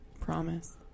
Promise